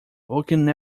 looking